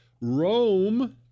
Rome